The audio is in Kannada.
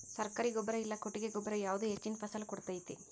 ಸರ್ಕಾರಿ ಗೊಬ್ಬರ ಇಲ್ಲಾ ಕೊಟ್ಟಿಗೆ ಗೊಬ್ಬರ ಯಾವುದು ಹೆಚ್ಚಿನ ಫಸಲ್ ಕೊಡತೈತಿ?